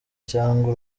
cyangwa